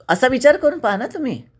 असा विचार करून पहा ना तुम्ही